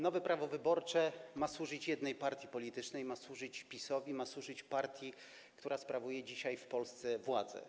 Nowe prawo wyborcze ma służyć jednej partii politycznej, ma służyć PiS-owi, ma służyć partii, która sprawuje dzisiaj w Polsce władzę.